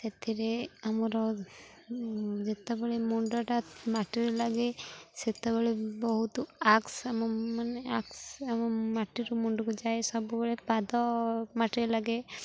ସେଥିରେ ଆମର ଯେତେବେଳେ ମୁଣ୍ଡଟା ମାଟିରେ ଲାଗେ ସେତେବେଳେ ବହୁତ ଆକ୍ସ ଆମ ମାନେ ଆକ୍ସ ଆମ ମାଟିରୁ ମୁଣ୍ଡକୁ ଯାଏ ସବୁବେଳେ ପାଦ ମାଟିରେ ଲାଗେ